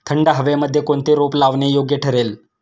थंड हवेमध्ये कोणते रोप लावणे योग्य ठरेल?